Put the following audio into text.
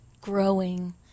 growing